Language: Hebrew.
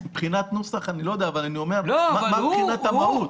מבחינת נוסח אני לא יודע אבל אני אומר מבחינת המהות.